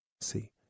See